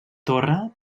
torre